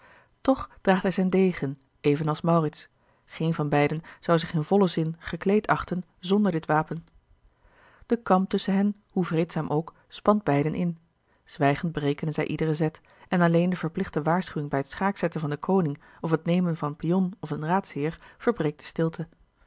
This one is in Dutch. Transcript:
draagt hij zijn degen evenals maurits geen van beiden zou zich in vollen zin gekleed achten zonder dit wapen de kamp tusschen hen hoe vreedzaam ook spant beiden in zwijgend berekenen zij iederen zet en alleen de verplichte waarschuwing bij t schaakzetten van den koning of het nemen van een pion of een raadsheer verbreekt de stilte